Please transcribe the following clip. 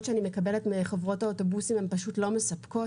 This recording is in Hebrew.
שאני מקבלת מחברות האוטובוסים הן פשוט לא מספקות.